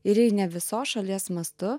ir jei ne visos šalies mastu